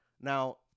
Now